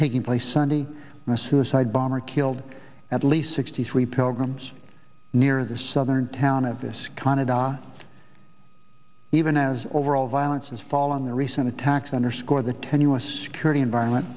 taking place sunday a suicide bomber killed at least sixty three pilgrims near the southern town of this canada even as overall violence is following the recent attacks underscore the tenuous security environment